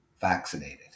vaccinated